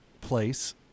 place